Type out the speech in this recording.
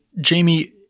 Jamie